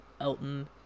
Elton